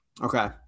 Okay